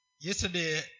Yesterday